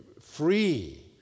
free